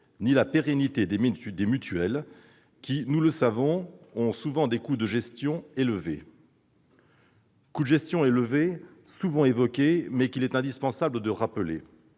ni la pérennité des mutuelles qui, nous le savons, ont souvent des coûts de gestions élevés, lesquels coûts sont souvent évoqués, mais qu'il est indispensable de rappeler.